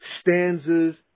stanzas